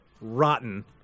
rotten